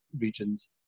regions